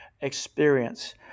experience